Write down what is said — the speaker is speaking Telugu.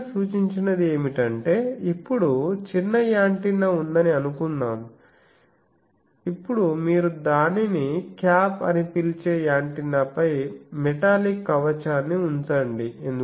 వీలర్ సూచించినది ఏమిటంటే ఇప్పుడు చిన్న యాంటెన్నా ఉందని అనుకుందాం ఇప్పుడు మీరు దానిని క్యాప్ అని పిలిచే యాంటెన్నాపై మెటాలిక్ కవచాన్ని ఉంచండి